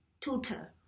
tutor